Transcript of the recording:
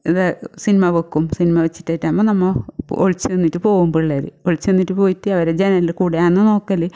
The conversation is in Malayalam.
ഇത് സിനിമ വെക്കും സിനിമ വെച്ചിറ്റായിറ്റാവുമ്പോൾ നമ്മൾ ഒളിച്ച് നിന്നിട്ട് പോവും പിള്ളേര് ഒളിച്ച് നിന്നിട്ട് പോയിട്ട് അവരെ ജനലിൽ കൂടെ ആണ് നോക്കൽ